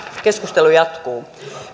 keskustelu jatkuu